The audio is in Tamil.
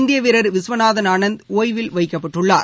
இந்தியவீரர் விஸ்வநாதன் ஆனந்த் ஒய்வில் வைக்கப்பட்டுள்ளார்